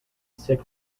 sick